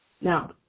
Now